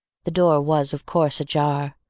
the door was of course ajar,